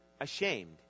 ashamed